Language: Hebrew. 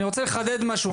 אני רוצה לחדד משהו.